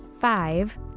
five